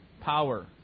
power